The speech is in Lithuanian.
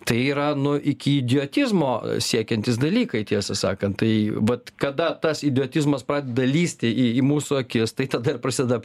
tai yra nu iki idiotizmo siekiantys dalykai tiesą sakant tai vat kada tas idiotizmas pradeda lįsti į į mūsų akis tai tada ir prasideda